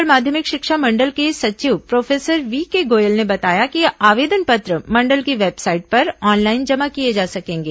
छत्तीसगढ़ माध्यमिक शिक्षा मण्डल के सचिव प्रोफेसर व्ही के गोयल ने बताया कि आवेदन पत्र मंडल की वेबसाइट पर ऑनलाइन जमा किए जा सकेंगे